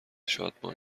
شادمان